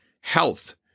health